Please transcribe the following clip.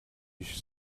ich